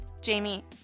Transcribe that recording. Jamie